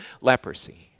leprosy